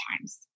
times